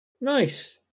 Nice